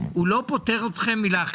או טרמפים וזה,